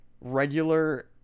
regular